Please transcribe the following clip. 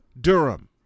Durham